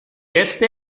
este